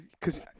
cause